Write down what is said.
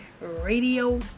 Radio